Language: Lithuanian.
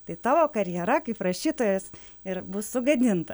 tai tavo karjera kaip rašytojos ir bus sugadinta